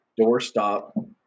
doorstop